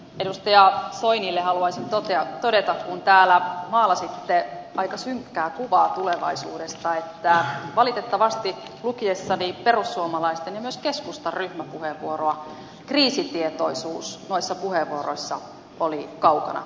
edustaja soinille haluaisin todeta kun täällä maalasitte aika synkkää kuvaa tulevaisuudesta että valitettavasti lukiessani perussuomalaisten ja myös keskustan ryhmäpuheenvuoroa kriisitietoisuus noista puheenvuoroista oli kaukana